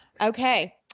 Okay